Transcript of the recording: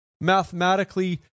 mathematically